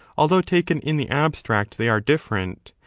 although taken in the abstract they are different,